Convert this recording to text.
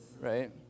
right